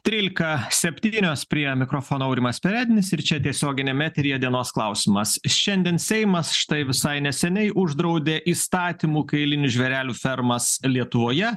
trylika septynios prie mikrofono aurimas perednis ir čia tiesioginiame eteryje dienos klausimas šiandien seimas štai visai neseniai uždraudė įstatymu kailinių žvėrelių fermas lietuvoje